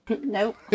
Nope